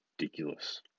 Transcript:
ridiculous